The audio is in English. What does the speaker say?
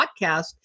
podcast